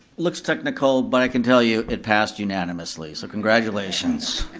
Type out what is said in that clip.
looks technical, but i can tell you, it passed unanimously, so congratulations.